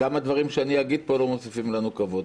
וגם הדברים שאני אגיד פה לא מוסיפים לנו כבוד.